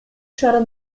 ĉar